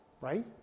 right